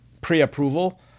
pre-approval